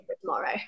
tomorrow